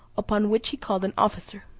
upon which he called an officer,